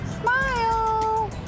Smile